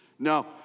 No